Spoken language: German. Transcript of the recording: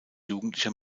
jugendlicher